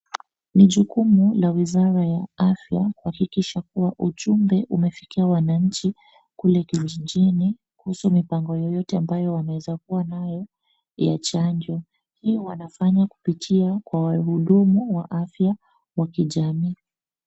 Ni jukumu la wizara ya afya kuhakikisha kuwa ujumbe umefikia wananchi kule kijijini kuhusu mipango yoyote ambayo wanaweza kuwa nayo ya chanjo. Hio wanafanya kupitia kwa wahudumu wa afya wa kijamii.